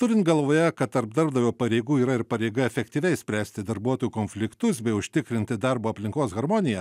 turint galvoje kad tarp darbdavio pareigų yra ir pareiga efektyviai spręsti darbuotojų konfliktus bei užtikrinti darbo aplinkos harmoniją